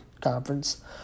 Conference